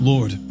Lord